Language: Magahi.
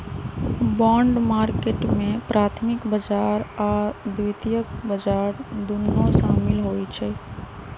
बॉन्ड मार्केट में प्राथमिक बजार आऽ द्वितीयक बजार दुन्नो सामिल होइ छइ